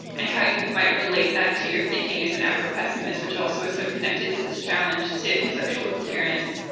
and how you might relate that to your thinking as an afropessimist, which also is so connected to this challenge to conceptual coherence,